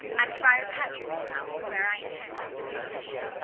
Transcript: at friar patrick's cell, where i intend holy confession.